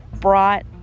brought